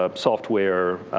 ah software,